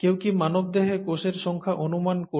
কেউ কি মানবদেহে কোষের সংখ্যা অনুমান করতে পারেন